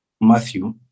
Matthew